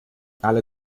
alle